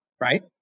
right